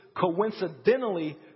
coincidentally